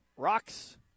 Rocks